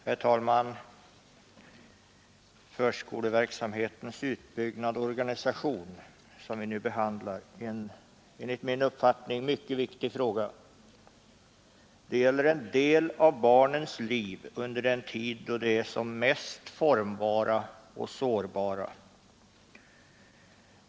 Herr talman! Förskoleverksamhetens utbyggnad och organisation, som vi nu behandlar, är enligt min uppfattning en mycket viktig fråga. Det gäller en del av barnens liv under den tid då de är som mest formbara och sårbara.